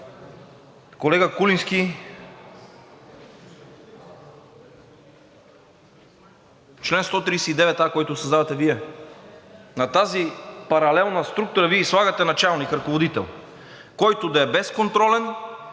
Колега Куленски, чл. 139а, който създавате Вие, на тази паралелна структура Вие ѝ слагате началник, ръководител, който да е безконтролен